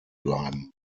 bleiben